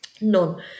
None